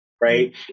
Right